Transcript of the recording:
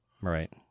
Right